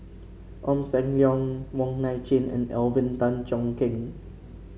Ong Sam Leong Wong Nai Chin and Alvin Tan Cheong Kheng